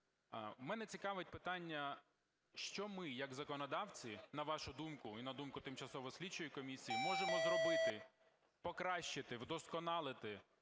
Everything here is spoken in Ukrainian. Мене цікавить питання, що ми як законодавці, на вашу думку і на думку тимчасової слідчої комісії, можемо зробити, покращити, вдосконалити